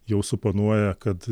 jau suponuoja kad